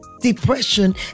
depression